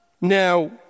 Now